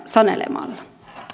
sanelemalla